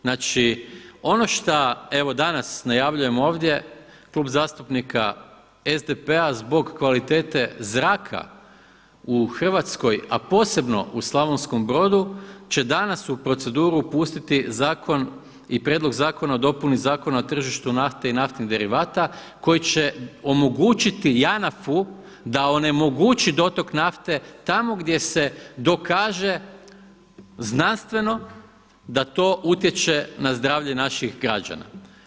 Znači, ono šta evo danas najavljujemo ovdje, Klub zastupnika SDP-a zbog kvalitete zraka u Hrvatskoj a posebno u Slavonskom brodu će danas u proceduru pustiti Zakon i prijedlog zakona o dopuni Zakona o tržištu nafte i naftnih derivata koji će omogućiti JANAF-u da onemogući dotok nafte tamo gdje se dokaže znanstveno da to utječe na zdravlje naših građana.